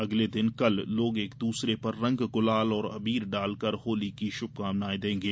अगले दिन कल लोग एक दूसरे पर रंग गुलाल और अबीर डालकर होली की शुभकामनाएं देंगे